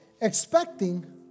expecting